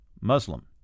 Muslim